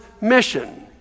mission